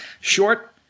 short